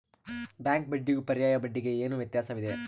Bank ಬಡ್ಡಿಗೂ ಪರ್ಯಾಯ ಬಡ್ಡಿಗೆ ಏನು ವ್ಯತ್ಯಾಸವಿದೆ?